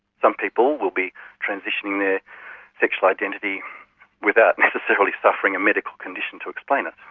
some people will be transitioning their sexual identity without necessarily suffering a medical condition to explain it.